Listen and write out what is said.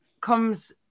comes